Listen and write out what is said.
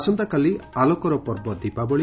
ଆସନ୍ତାକାଲି ଆଲୋକର ପର୍ବ ଦୀପାବଳି